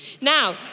Now